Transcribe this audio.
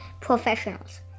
Professionals